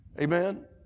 Amen